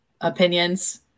opinions